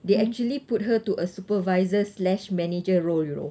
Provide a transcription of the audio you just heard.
they actually put her to a supervisor slash manager role you know